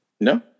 no